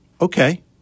Okay